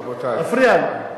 מפריע לי.